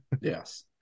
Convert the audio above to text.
yes